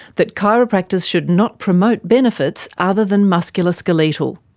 that chiropractors should not promote benefits other than musculoskeletal.